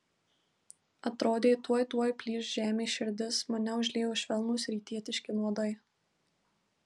atrodė tuoj tuoj plyš žemės širdis mane užliejo švelnūs rytietiški nuodai